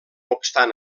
obstant